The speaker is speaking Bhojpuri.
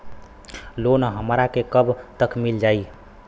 लोन हमरा के कब तक मिल जाई?